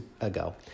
ago